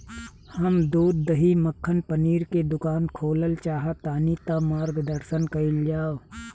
हम दूध दही मक्खन पनीर के दुकान खोलल चाहतानी ता मार्गदर्शन कइल जाव?